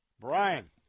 Brian